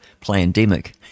pandemic